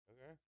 Okay